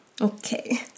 okay